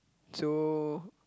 so